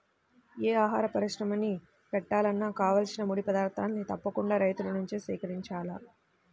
యే ఆహార పరిశ్రమని బెట్టాలన్నా కావాల్సిన ముడి పదార్థాల్ని తప్పకుండా రైతుల నుంచే సేకరించాల